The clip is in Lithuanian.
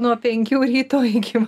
nuo penkių ryto iki